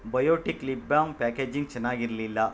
biotic lip balm packaging ಚೆನ್ನಾಗಿರಲಿಲ್ಲ